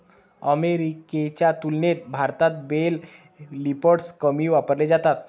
अमेरिकेच्या तुलनेत भारतात बेल लिफ्टर्स कमी वापरले जातात